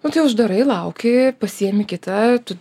nu tai uždarai lauki pasiimi kitą tu